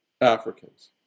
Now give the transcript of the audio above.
Africans